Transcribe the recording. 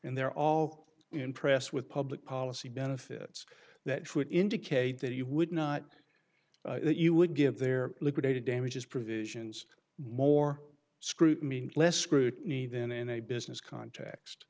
and they're all in press with public policy benefits that foot indicate that you would not that you would give their liquidated damages provisions more scrutiny and less scrutiny than in a business context